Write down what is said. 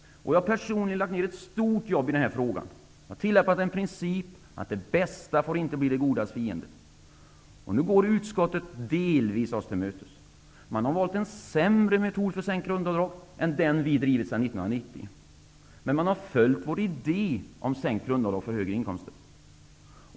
Jag har personligen lagt ned ett stort jobb i denna fråga. Jag har tillämpat principen att det bästa inte får bli det godas fiende. Nu går utskottet oss delvis tillmötes. Man har valt en sämre metod för sänkt grundavdrag än den vi har drivit sedan 1990, men man har följt vår idé om sänkt grundavdrag vid högre inkomster.